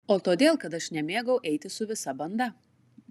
o todėl kad aš nemėgau eiti su visa banda